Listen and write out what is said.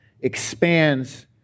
expands